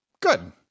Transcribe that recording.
Good